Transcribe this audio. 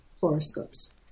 horoscopes